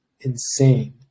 Insane